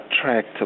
attract